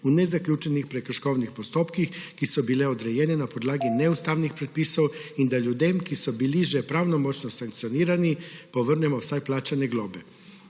v nezaključenih prekrškovnih postopkih, ki so bile odrejene na podlagi neustavnih prepisov; in da ljudem, ki so bili že pravnomočno sankcionirani, povrnemo vsaj plačane globe.